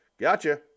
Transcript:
gotcha